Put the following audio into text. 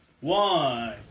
one